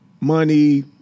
money